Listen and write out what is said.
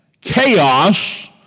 chaos